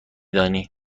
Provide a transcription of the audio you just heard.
دانی